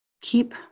keep